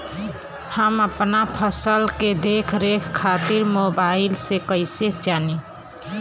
हम अपना फसल के देख रेख खातिर मोबाइल से कइसे जानी?